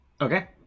okay